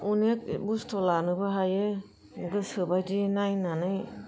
अनेख बुस्थु लानो हायो गोसो बायदि नायनानै